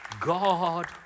God